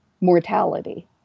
mortality